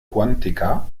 cuántica